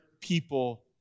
people